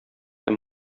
һәм